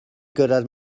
gyrraedd